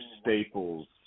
staples